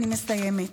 אני מסיימת.